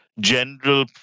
general